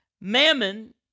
Mammon